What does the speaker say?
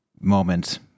moment